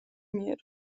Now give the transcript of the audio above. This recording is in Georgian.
მიერ